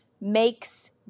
makes